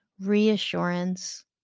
reassurance